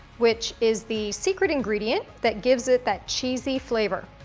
which is the secret ingredient that gives it that cheesy flavor.